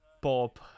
pop